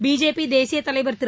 பிஜேபிதேசிய தலைவர் திரு